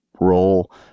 role